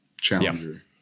challenger